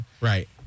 Right